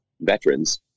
veterans